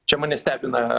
čia mane stebina